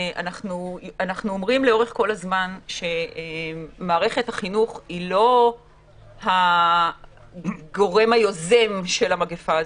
אנחנו כל הזמן אומרים שמערכת החינוך היא לא הגורם היוזם של המגפה הזאת,